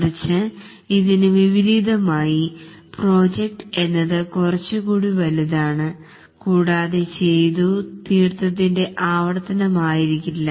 മറിച്ചു ഇതിനു വിപരീതമായി പ്രോജക്ട് എന്നത് കുറച്ചു കൂടി വലുതാണ് കൂടാതെ ചെയ്തു തീർത്തതിന്റെ ആവർത്തനം ആയിരിക്കില്ല